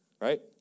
right